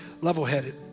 level-headed